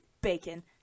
Bacon